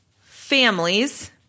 families